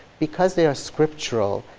because they are scriptural,